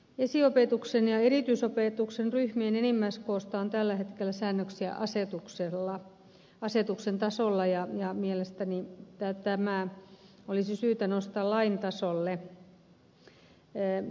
esiopetuksen ja erityisopetuksen ryhmien enimmäiskoosta on tällä hetkellä säännöksiä asetuksen tasolla ja mielestäni tämä olisi syytä nostaa lain tasolle